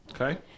Okay